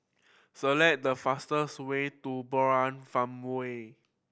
select the fastest way to Murai Farmway